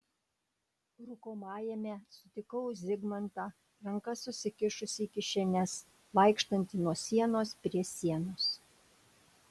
rūkomajame sutikau zigmantą rankas susikišusį į kišenes vaikštantį nuo sienos prie sienos